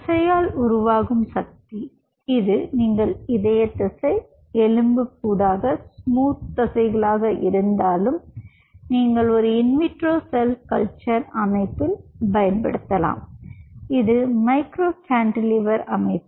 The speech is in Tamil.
தசையால் உருவாகும் சக்தி இது நீங்கள் இதய தசை எலும்புக்கூடாக ஸ்மூத் தசைகளாக இருந்தாலும் நீங்கள் ஒரு இன் விட்ரோ செல் கல்ச்சர் அமைப்பில் பயன்படுத்தலாம் இது மைக்ரோ கேன்டிலீவர் அமைப்பு